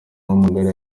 w’amagare